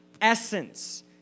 essence